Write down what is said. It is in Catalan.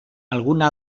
alguna